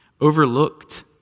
Overlooked